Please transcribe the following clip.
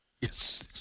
Yes